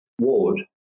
ward